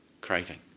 craving